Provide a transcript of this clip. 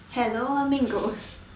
hello my mean girls